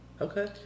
Okay